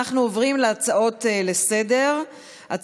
אנחנו עוברים להצעות לסדר-היום.